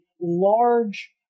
large